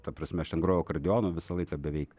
ta prasme aš ten grojau akordeonu visą laiką beveik